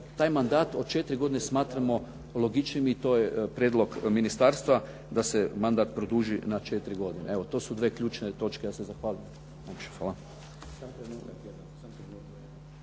Taj mandat od 4 godine smatramo logičnijim i to je prijedlog ministarstva da se mandat produži na 4 godine. Evo, to su dvije ključne točke. Ja se zahvaljujem.